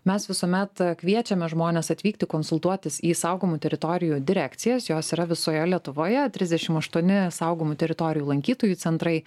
mes visuomet kviečiame žmones atvykti konsultuotis į saugomų teritorijų direkcijas jos yra visoje lietuvoje trisdešim aštuoni saugomų teritorijų lankytojų centrai